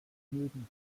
mögen